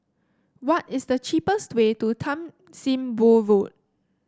what is the cheapest way to Tan Sim Boh Road